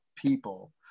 people